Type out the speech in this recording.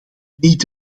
niet